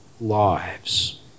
lives